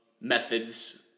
methods